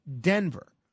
Denver